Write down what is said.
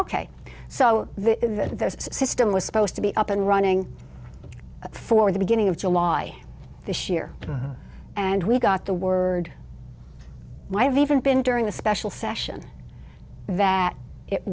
ok so the system was supposed to be up and running for the beginning of july this year and we got the word might have even been during the special session that it